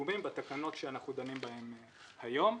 בפיגומים בתקנות שאנחנו דנים בהם היום.